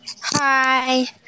Hi